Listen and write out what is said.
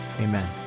amen